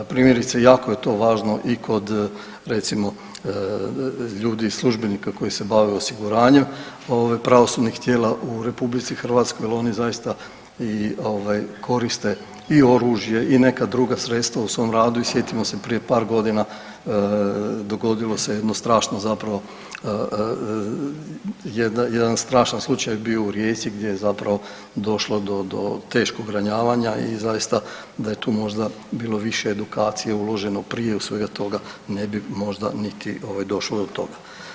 Primjerice, jako je to važno i kod recimo ljudi i službenika koji se bave osiguranjem ovaj pravosudnih tijela u RH jel oni zaista i ovaj koriste i oružje i neka druga sredstava u svom radu i sjetimo se prije par godina dogodilo se jedno strašno zapravo jedan strašan slučaj je bio u Rijeci gdje je zapravo došlo do, do teškog ranjavanja i zaista da je tu možda bilo više edukacije uloženo prije svega toga ne bi možda niti ovaj došlo do toga.